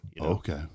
Okay